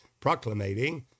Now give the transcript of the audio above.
proclamating